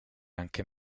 anche